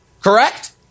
correct